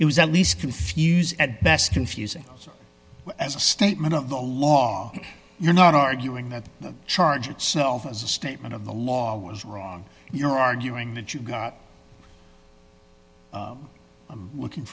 it was at least confused at best confusing so as a statement of the law you're not arguing that the charge itself is a statement of the law was wrong you're arguing that you got i'm looking